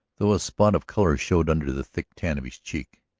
though a spot of color showed under the thick tan of his cheek.